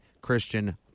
Christian